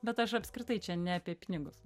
bet aš apskritai čia ne apie pinigus